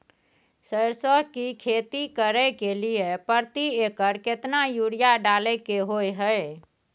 सरसो की खेती करे के लिये प्रति एकर केतना यूरिया डालय के होय हय?